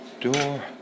door